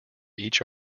each